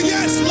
Yes